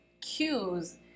cues